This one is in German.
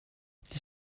die